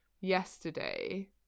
yesterday